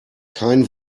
kein